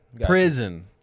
Prison